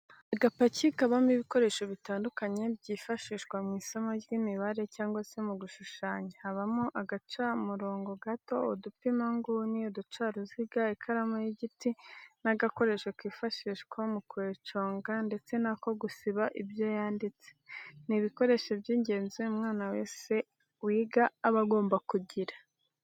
Agapaki kabamo ibikoresho bitandukanye byifashishwa mw'isomo ry'imibare cyangwa se mu gushushanya habamo agacamurobo gato, udupima inguni, uducaruziga ,ikaramu y'igiti n'agakoresho kifashishwa mu kuyiconga ndetse n'ako gusiba ibyo yanditse, ni ibikoresho by'ingenzi umwana wese wiga aba agomba kugira.